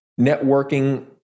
Networking